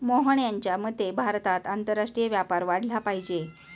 मोहन यांच्या मते भारतात आंतरराष्ट्रीय व्यापार वाढला पाहिजे